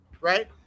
Right